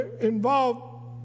involved